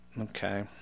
okay